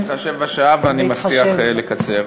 אני אתחשב בשעה ואני מבטיח לקצר.